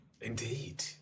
indeed